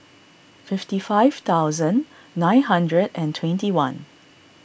fifty five thousand nine hundred and twenty one